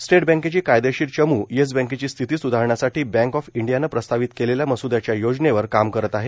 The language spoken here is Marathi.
स्टेट बँकेची कायदेशीर चम् येस बँकेची स्थिती सुधारण्यासाठी बँक ऑफ इंडियानं प्रस्तावित केलेल्या मसूदयाच्या योजनेवर काम करत आहे